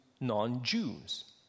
non-Jews